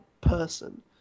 person